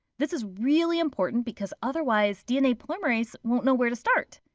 this is really important because otherwise dna polymerase won't know where to start.